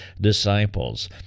disciples